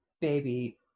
baby